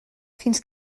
fins